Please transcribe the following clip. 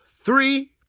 three